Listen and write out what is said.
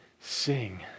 sing